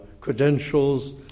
credentials